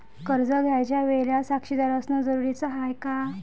कर्ज घ्यायच्या वेळेले साक्षीदार असनं जरुरीच हाय का?